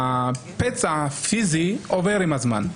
הפצע הפיזי עובר עם הזמן,